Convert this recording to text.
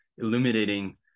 illuminating